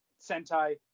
Sentai